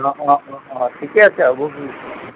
অঁ অঁ অঁ ঠিকে আছে হ'ব বুলি